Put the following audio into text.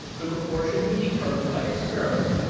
the proportion he determined by experiment,